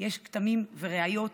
יש כתמים וראיות